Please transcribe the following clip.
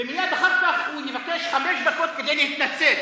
ומייד אחר כך הוא יבקש חמש דקות כדי להתנצל.